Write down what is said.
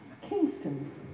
Kingston's